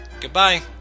Goodbye